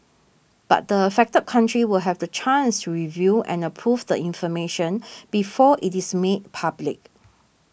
but the affected country will have the chance review and approve the information before it is made public